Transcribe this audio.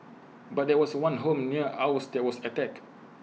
but there was one home near ours that was attacked